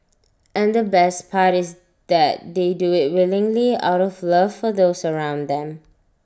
and the best part is that they do IT willingly out of love for those around them